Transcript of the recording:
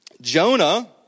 Jonah